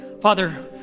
Father